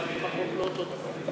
שם החוק הוא לא אותו דבר.